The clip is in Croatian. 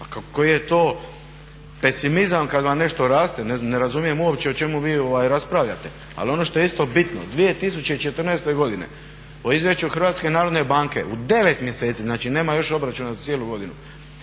koji je to pesimizam kada vam nešto raste, ne razumijem uopće o čemu vi raspravljate. Ali ono što je isto bitno 2014. godine u Izvješću HNB-a u 9 mjeseci, znači nema još obračuna za cijelu godinu